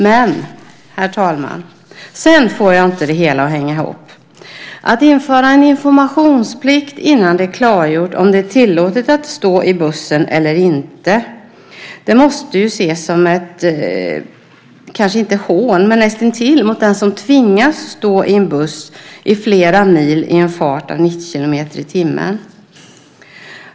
Men, herr talman, sedan får jag inte det hela att hänga ihop. Att införa en informationsplikt innan det är klargjort om det är tillåtet att stå i bussen eller inte måste ses som näst intill ett hån mot den som tvingas att stå i en buss i flera mil i en fart av 90 kilometer i timmen.